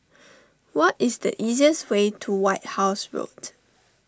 what is the easiest way to White House Road